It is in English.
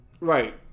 right